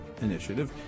initiative